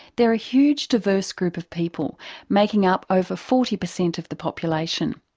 they're a huge, diverse group of people making up over forty per cent of the population.